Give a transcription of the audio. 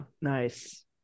nice